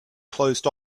closed